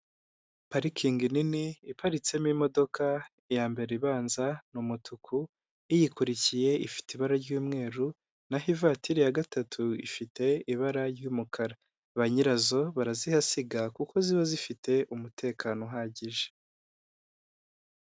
Parikingi nini iparitsemo imodoka ya mbere ibanza ni umutuku iyiyikurikiye ifite ibara ry'umweru, naho ivatiri ya gatatu ifite ibara ry'umukara ba nyirazo barazihasiga kuko ziba zifite umutekano uhagije